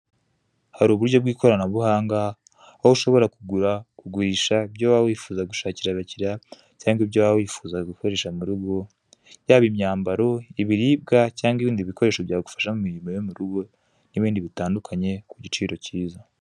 Hari uburyo bw'ikoranabuhanga aho ushobora kugura kugurisha ibyo waba wifuza gushakira abakiriya cyangwa ibyo waba wifuza gukoresha mu rugo yaba imyambaro ibiribwa cyangwa ibindi bikoresho byagufasha mu imirimo yo murugo nibindi bitandukanye ku giciro cyiza.